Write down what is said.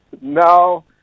No